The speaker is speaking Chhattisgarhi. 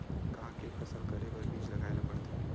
का के फसल करे बर बीज लगाए ला पड़थे?